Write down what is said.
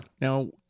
Now